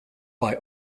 buy